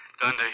Dundee